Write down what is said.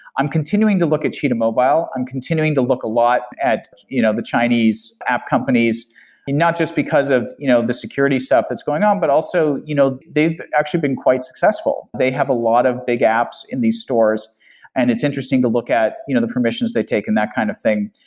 i'm continuing to look at cheetah mobile. i'm continuing to look a lot at you know the chinese app companies and not just because of you know the security stuff that's going on, but also you know they've actually been quite successful. they have a lot of big apps in these stores and it's interesting to look at you know the permissions permissions they take and that kind of thing.